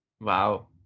Wow